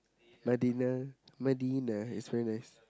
Madinah Madinah is very nice